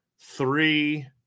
three